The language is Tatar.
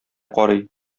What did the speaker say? карый